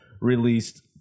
released